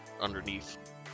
underneath